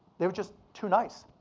they were just too nice,